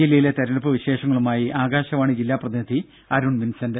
ജില്ലയിലെ തെരഞ്ഞെടുപ്പ് വിശേഷങ്ങളുമായി ആകാശവാണി ജില്ലാ പ്രതിനിധി അരുൺ വിൻസെന്റ്